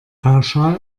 pauschal